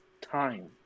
time